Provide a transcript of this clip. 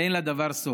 ואין לדבר סוף.